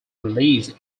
release